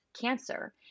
cancer